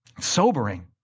Sobering